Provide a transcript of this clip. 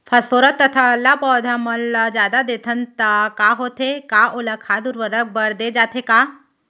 Phosphorus तथा ल पौधा मन ल जादा देथन त का होथे हे, का ओला खाद उर्वरक बर दे जाथे का?